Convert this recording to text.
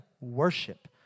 Worship